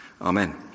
Amen